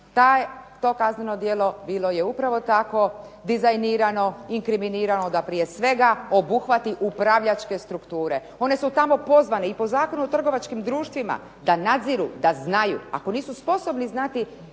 to kazneno djelo je bilo upravo tako dizajnirano i inkriminirano da prije svega obuhvati upravljačke strukture. One su tamo pozvane i po Zakonu o trgovačkim društvima da nadziru, da znaju. Ako nisu sposobni znati